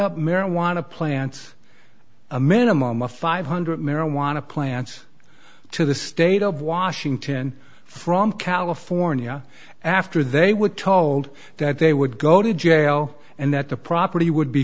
up marijuana plants a minimum of five hundred dollars marijuana plants to the state of washington from california after they were told that they would go to jail and that the property would be